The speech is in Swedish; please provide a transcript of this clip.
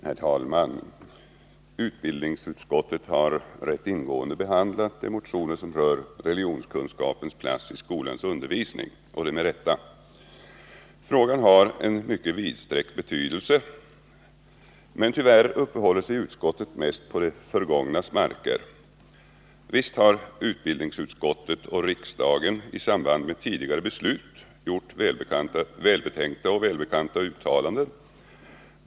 Herr talman! Utbildningsutskottet har rätt ingående behandlat de motioner som rör religionskunskapens plats i skolans undervisning. Och det med rätta. Frågan har en mycket vidsträckt betydelse, men tyvärr uppehåller sig utskottet mest på det förgångnas marker. Visst har utbildningsutskottet och riksdagen i samband med tidigare beslut gjort välbetänkta och välbekanta uttalanden.